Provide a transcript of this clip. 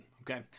okay